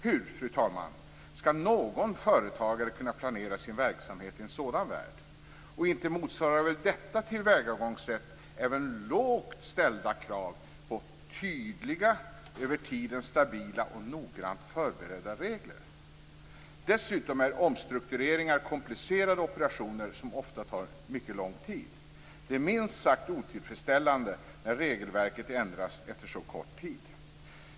Hur, fru talman, skall någon företagare kunna planera sin verksamhet i en sådan värld? Inte motsvarar väl detta tillvägagångssätt även lågt ställda krav på tydliga, över tiden stabila och noggrant förberedda regler? Dessutom är omstruktureringar komplicerade operationer som ofta tar mycket lång tid. Det är minst sagt otillfredsställande när regelverket ändras efter så kort tid.